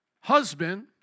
husband